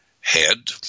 head